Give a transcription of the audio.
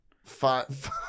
Five